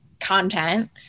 content